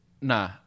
Nah